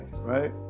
right